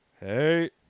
Hey